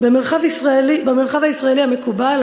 במרחב הישראלי המקובל,